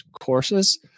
courses